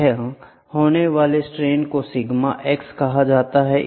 यहाँ होने वाले सट्रेन को सिग्मा x कहा जाता है